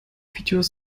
videos